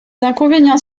inconvénients